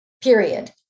Period